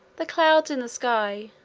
the clouds in the sky,